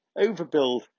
overbuild